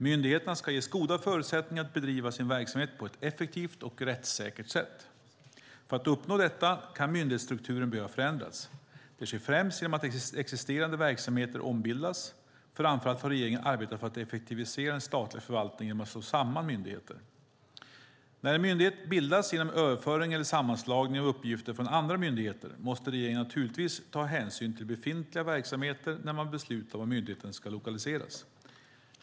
Myndigheterna ska ges goda förutsättningar att bedriva sin verksamhet på ett effektivt och rättssäkert sätt. För att uppnå detta kan myndighetsstrukturen behöva förändras. Det sker främst genom att existerande verksamheter ombildas. Framför allt har regeringen arbetat för att effektivisera den statliga förvaltningen genom att slå samman myndigheter. När en myndighet bildas genom överföring eller sammanslagning av uppgifter från andra myndigheter, måste regeringen naturligtvis ta hänsyn till befintliga verksamheter när man beslutar var myndigheten ska lokaliseras.